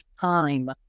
time